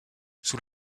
sous